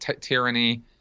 tyranny